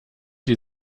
die